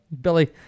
billy